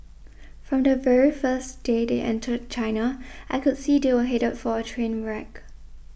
from the very first day they entered China I could see they were headed for a train wreck